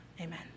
amen